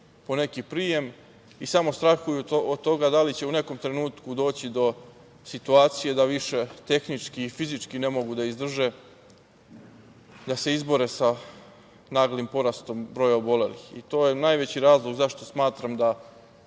po neki prijem i samo strahuju od toga da li će u nekom trenutku doći do situacije da više tehnički i fizički ne mogu da izdrže da se izbore sa naglim porastom broja obolelih. To je najveći razlog zašto smatram da